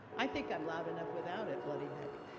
i think i am loud enough without it, bloody heck.